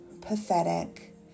pathetic